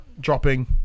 dropping